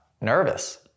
nervous